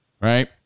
right